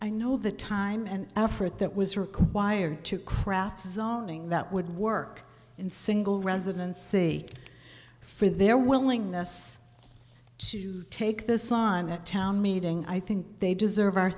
i know the time and effort that was required to craft zoning that would work in single residents see for their willingness to take this on the town meeting i think they deserve our